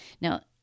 Now